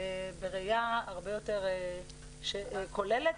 בראייה הרבה יותר כוללת,